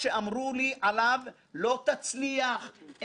קודם כול, וזאת ההוכחה הניצחת,